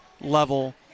level